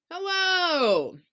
Hello